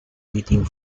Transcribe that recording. waiting